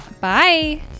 Bye